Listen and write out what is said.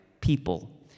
people